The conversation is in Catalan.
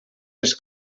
les